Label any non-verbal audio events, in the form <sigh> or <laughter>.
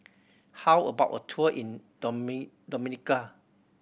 how about a tour in <unintelligible> Dominica